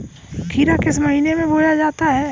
खीरा किस महीने में बोया जाता है?